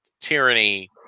tyranny